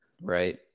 right